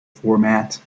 format